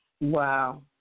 Wow